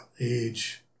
age